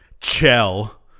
Chell